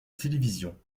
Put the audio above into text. télévision